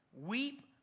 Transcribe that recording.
weep